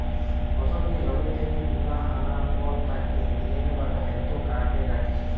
ফসলকে জমি থিকে তুলা আনার পর তাকে গ্রেন বা খাদ্য কার্টে রাখছে